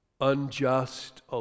unjust